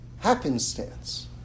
happenstance